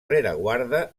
rereguarda